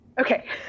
okay